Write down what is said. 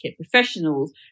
professionals